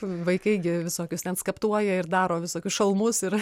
vaikai gi visokius ten skaptuoja ir daro visokius šalmus ir